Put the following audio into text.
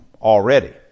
already